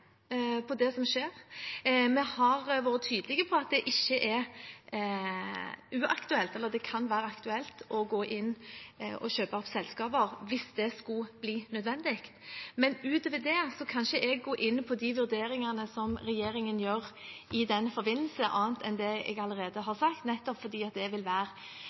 på det som skjer. Vi har vært tydelige på at det kan være aktuelt å gå inn og kjøpe opp selskaper hvis det skulle bli nødvendig. Men utover det kan jeg ikke gå inn på de vurderingene som regjeringen gjør i den forbindelse, annet enn det jeg allerede har sagt, nettopp fordi det vil kunne være